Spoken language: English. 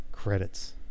Credits